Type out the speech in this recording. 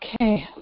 okay